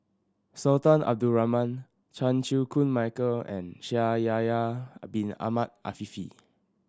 Sultan Abdul Rahman Chan Chew Koon Michael and Shaikh Yahya Bin Ahmed Afifi